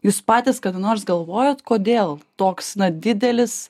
jūs patys kada nors galvojot kodėl toks didelis